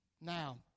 Now